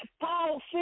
Paul